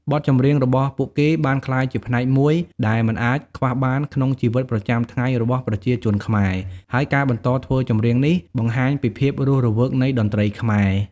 បទចម្រៀងរបស់ពួកគេបានក្លាយជាផ្នែកមួយដែលមិនអាចខ្វះបានក្នុងជីវិតប្រចាំថ្ងៃរបស់ប្រជាជនខ្មែរ ហើយការបន្តធ្វើចម្រៀងនេះបង្ហាញពីភាពរស់រវើកនៃតន្ត្រីខ្មែរ។